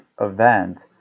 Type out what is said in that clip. event